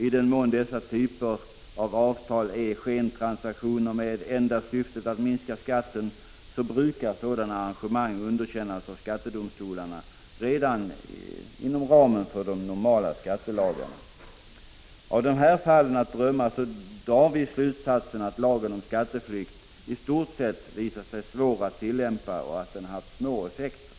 I den mån dessa typer av avtal är skentransaktioner med enda syfte att minska skatten brukar sådana arrangemang underkännas av skattedomstolarna redan inom ramen för de normala skattelagarna. Av de här fallen drar vi slutsatsen att lagen om skatteflykt i stort sett visat sig svår att tillämpa och haft små effekter.